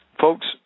Folks